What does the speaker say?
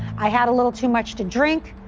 i had a little too much to drink.